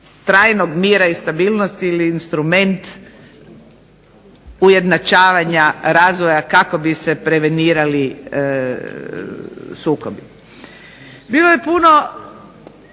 trajnog mira i stabilnosti ili instrument ujednačavanja razvoja kako bi se prevenirali sukobi.